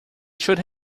should